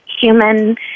human